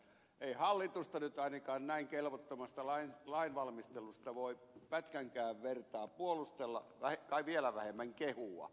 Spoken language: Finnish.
ei hallitusta nyt ainakaan näin kelvottomasta lainvalmistelusta voi pätkänkään vertaa puolustella kai vielä vähemmän kehua